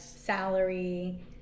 salary